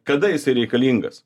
kada jisai reikalingas